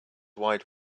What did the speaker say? wide